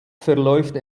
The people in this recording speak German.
verläuft